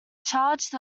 charged